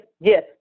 yes